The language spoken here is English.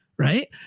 Right